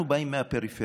אנחנו באים מהפריפריה,